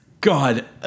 God